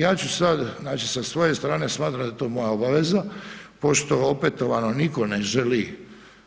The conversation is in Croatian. Ja ću sad, znači sa svoje strane smatram da je to moja obaveza, pošto opetovano nitko ne želi